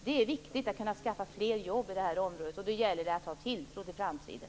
Det är viktigt att kunna skaffa fler jobb i det här området, och då gäller det att ha tilltro till framtiden.